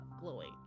glowing